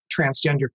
transgender